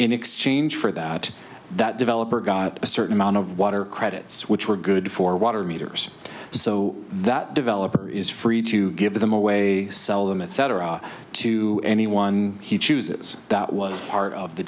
in exchange for that that developer got a certain amount of water credits which were good for water meters so that developer is free to give them away sell them etc to anyone he chooses that was part of the